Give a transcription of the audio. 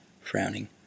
frowning